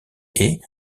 est